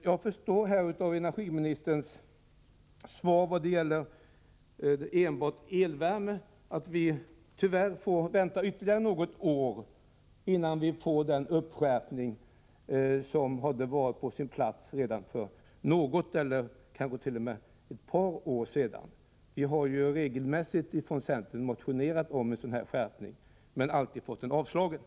Vad gäller enbart elvärmen tolkar jag energiministerns svar så, att vi tyvärr får vänta ytterligare något år innan vi får den skärpning som hade varit på sin plats redan för något, eller kanske t.o.m. ett par, år sedan. Från centerns sida har vi regelbundet motionerat om en sådan skärpning, men våra motioner har alltid avslagits.